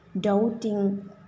doubting